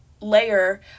layer